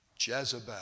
Jezebel